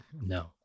No